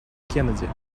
кеннеди